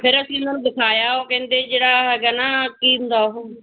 ਫਿਰ ਅਸੀਂ ਉਹਨਾਂ ਨੂੰ ਦਿਖਾਇਆ ਉਹ ਕਹਿੰਦੇ ਜਿਹੜਾ ਹੈਗਾ ਨਾ ਕੀ ਹੁੰਦਾ ਉਹ